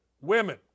women